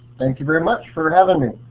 thank you very much for having me!